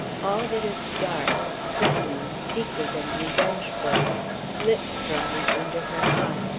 all that is dark, threatening, secret, and revengeful slips from me under her eye,